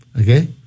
okay